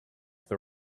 the